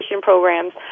programs